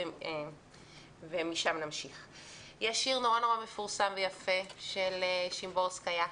יש שיר מפורסם ויפה של שימבורסקיה,